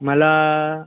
मला